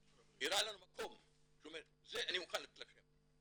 והראה לנו מקום ואמר, זה אני מוכן לתת לכם.